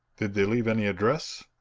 did they leave any address?